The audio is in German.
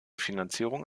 finanzierung